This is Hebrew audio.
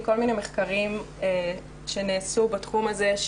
מכל מיני מחקרים שנעשו בתחום הזה,